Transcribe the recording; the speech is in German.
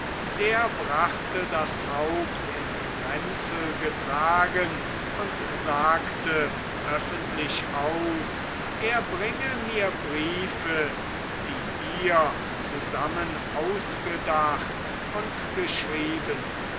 der brachte das haupt im ränzel getragen und sagte öffentlich aus er bringe mir briefe die ihr zusammen ausgedacht und geschrieben